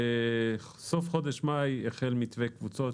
בסוף חודש מאי החל מתווה קבוצות,